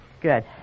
Good